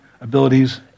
abilities